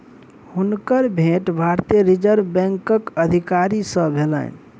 हुनकर भेंट भारतीय रिज़र्व बैंकक अधिकारी सॅ भेलैन